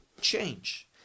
change